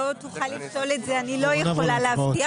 לא תוכל לפסול את זה, אני לא יכולה להבטיח.